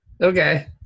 Okay